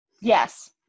Yes